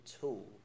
tool